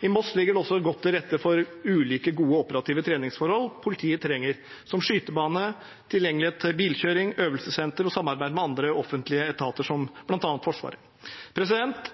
I Moss ligger det også godt til rette for ulike gode operative treningsforhold som politiet trenger, som skytebane, tilgjengelighet for bilkjøring, øvelsessenter og samarbeid med andre offentlige etater, bl.a. Forsvaret.